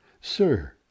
SIR